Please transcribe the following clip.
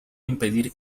impedir